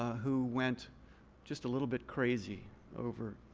who went just a little bit crazy over